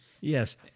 Yes